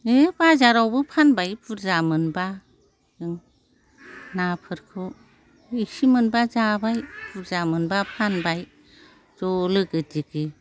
बाजारावबो फानबाय बुरजा मोनब्ला ना फोरखौ एसे मोनब्ला जाबाय बुरजा मोनब्ला फानबाय ज' लोगो दिगि